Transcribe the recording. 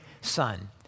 son